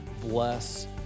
bless